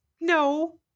No